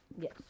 Yes